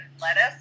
lettuce